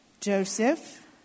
Joseph